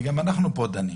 וגם אנחנו פה דנים,